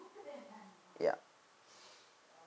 yeah